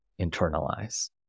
internalize